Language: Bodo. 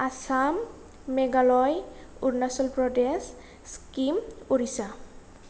आसाम मेघालय अरुनाचल प्रदेश सिक्किम उरिसा